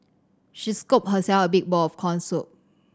she scooped herself a big bowl of corn soup